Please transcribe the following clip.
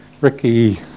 Ricky